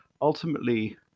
ultimately